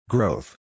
Growth